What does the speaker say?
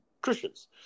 Christians